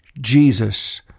Jesus